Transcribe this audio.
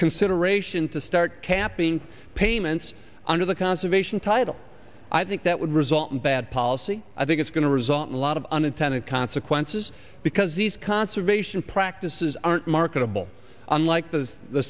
consideration to start capping payments under the conservation title i think that would result in bad policy i think it's going to result in a lot of unintended consequences because these conservation practices aren't marketable unlike those the